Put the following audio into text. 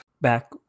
back